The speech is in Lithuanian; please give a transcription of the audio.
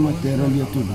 tai yra lietuvių